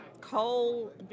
coal